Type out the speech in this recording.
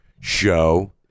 Show